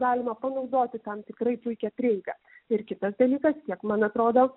galima panaudoti tam tikrai puikią prieigą ir kitas dalykas kiek man atrodo